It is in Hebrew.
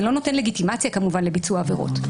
זה לא נותן לגיטימציה כמובן לביצוע עבירות.